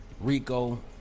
Rico